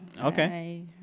Okay